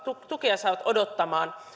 tukea saavat odottamaan